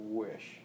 wish